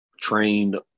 trained